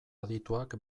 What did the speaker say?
adituak